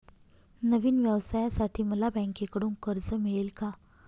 नवीन व्यवसायासाठी मला बँकेकडून कर्ज मिळेल का?